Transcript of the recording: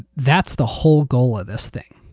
that's the whole goal of this thing.